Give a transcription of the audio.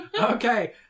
Okay